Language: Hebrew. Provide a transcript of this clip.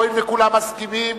הואיל וכולם מסכימים,